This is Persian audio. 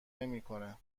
نمیکنه